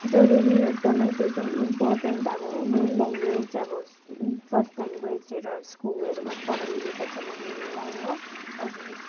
जरुरी एकदम जो चाहिँ इम्पोर्टेन्ट अब मेन ल्याङ्ग्वेज अब फस्ट ल्याङ्ग्वेजहरू अब स्कुलहरूमा पढाइने गर्छ नानीहरूलाई हो अनि